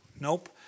nope